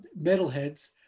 metalheads